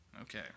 Okay